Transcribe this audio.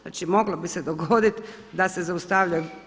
Znači moglo bi se dogoditi da se zaustavljaju.